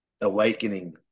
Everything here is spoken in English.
awakening